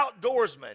outdoorsman